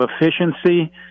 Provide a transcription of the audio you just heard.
efficiency